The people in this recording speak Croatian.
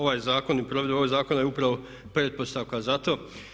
Ovaj zakon i provedba ovog zakona je upravo pretpostavka za to.